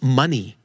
money